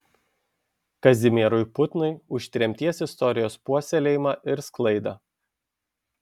kazimierui putnai už tremties istorijos puoselėjimą ir sklaidą